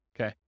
Okay